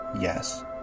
yes